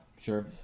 sure